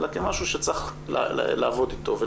אלא כמשהו שצריך לעבוד איתו,